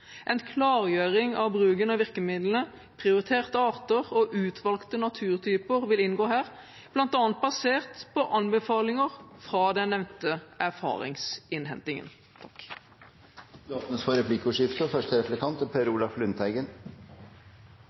En klargjøring av bruken av virkemidlene, prioriterte arter og utvalgte naturtyper vil inngå her, bl.a. basert på anbefalinger fra den nevnte erfaringsinnhentingen. Det blir replikkordskifte. Det har vært mange konflikter knyttet til vern av arter og naturtyper, og naturmangfoldloven er